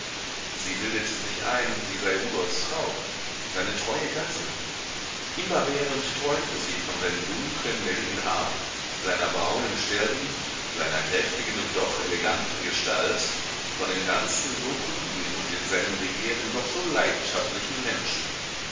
sie bildete sich ein sie sei rudolfs frau seine treue gattin immerwährend träumte sie von seinem dunklen welligen haar seiner braunen stirn seiner kräftigen und doch eleganten gestalt von dem ganzen so klugen und in seinem begehren doch so leidenschaftlichen menschen